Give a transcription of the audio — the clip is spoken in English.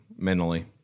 mentally